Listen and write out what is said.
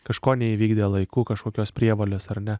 kažko neįvykdė laiku kažkokios prievolės ar ne